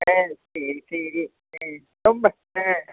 ஆ சரி சரி ஆ ரொம்ப ஆ